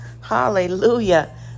Hallelujah